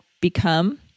become